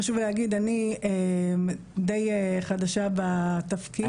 חשוב להגיד, אני די חדשה בתפקיד.